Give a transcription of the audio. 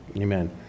Amen